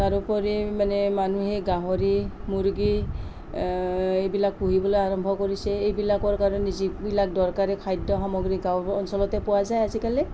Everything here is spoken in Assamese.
তাৰোপৰি মানে মানুহে গাহৰি মুৰ্গী এইবিলাক পুহিবলৈ আৰম্ভ কৰিছে এইবিলাকৰ কাৰণে যিবিলাক দৰকাৰী খাদ্য সামগ্ৰী গাঁও অঞ্চলতে পোৱা যায় আজিকালি